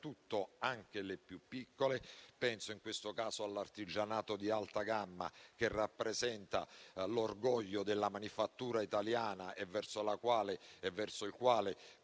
anche le più piccole, in particolare quelle dell'artigianato di alta gamma, che rappresenta l'orgoglio della manifattura italiana e verso il quale